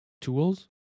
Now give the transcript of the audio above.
tools